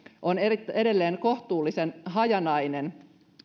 on edelleen kohtuullisen hajanainen